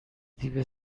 دیو